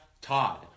Todd